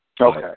Okay